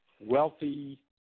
wealthy